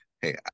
hey